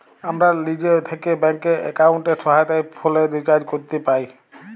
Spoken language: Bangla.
আমরা লিজে থ্যাকে ব্যাংক এক্কাউন্টের সহায়তায় ফোলের রিচাজ ক্যরতে পাই